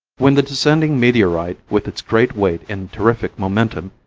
when the descending meteorite, with its great weight and terrific momentum,